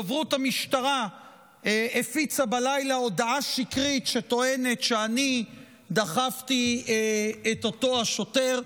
דוברות המשטרה הפיצה בלילה הודעה שקרית שטוענת שאני דחפתי את אותו שוטר.